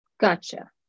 Gotcha